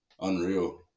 unreal